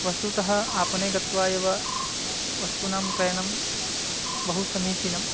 वस्तुतः आपणे गत्वा एव वस्तूनां क्रयणं बहु समीचीनम्